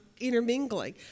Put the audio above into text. intermingling